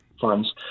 funds